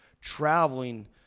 traveling